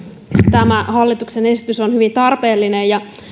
tämä hallituksen esitys on hyvin tarpeellinen ja